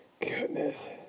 Goodness